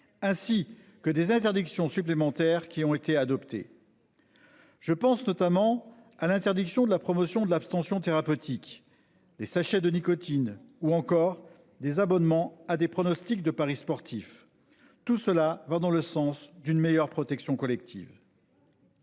ainsi que des interdictions supplémentaires qui ont été adoptés. Je pense notamment à l'interdiction de la promotion de l'abstention thérapeutique, les sachets de nicotine ou encore des abonnements à des pronostics de paris sportifs. Tout cela va dans le sens d'une meilleure protection collective.